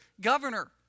governor